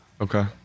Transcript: okay